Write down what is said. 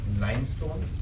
limestone